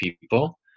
people